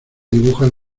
dibujan